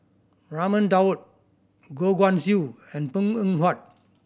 Raman Daud Goh Guan Siew and Png Eng Huat